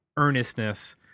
earnestness